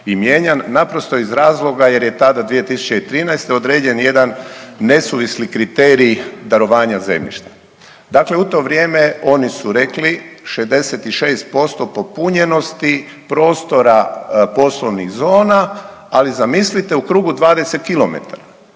i mijenjan naprosto iz razloga jer je tada, 2013. određen jedan nesuvisli kriterij darovanja zemljišta. Dakle u to vrijeme oni su rekli, 66% popunjenosti prostora poslovnih zona, ali zamislite u krugu 20 km.